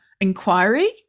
inquiry